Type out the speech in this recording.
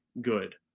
good